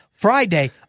Friday